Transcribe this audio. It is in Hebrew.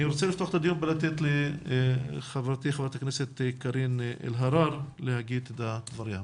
אני רוצה בפתח הדיון לתת לחברתי חברת הכנסת קארין אלהרר לומר את דבריה.